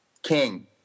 king